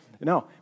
No